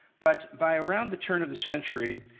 but by around the turn of the century,